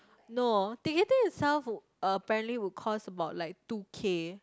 no ticketing itself apparently would cost about like two K